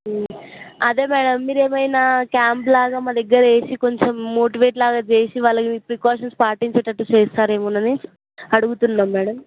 అదే మ్యాడమ్ మీరు ఏమైన క్యాంప్లాగా మా దగ్గర వేసి కొంచం మోటివేట్లాగా చేసి వాళ్ళకు మీ ప్రికాషన్స్ పాటించేటట్లు చేస్తారేమోనని అడుగుతున్నాం మ్యాడమ్